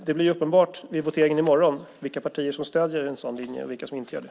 Det blir uppenbart vid voteringen i morgon vilka partier som stöder en sådan linje och vilka som inte gör det.